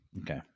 Okay